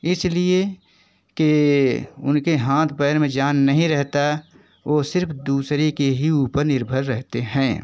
इसलिए के उनके हाथ पैर में जान नहीं रहता वह सिर्फ दूसरे के ही ऊपर निर्भर रहते हैं